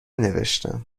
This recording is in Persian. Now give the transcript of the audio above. نوشتم